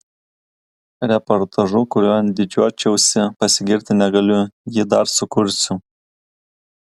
reportažu kuriuo didžiuočiausi pasigirti negaliu jį dar sukursiu